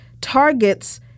targets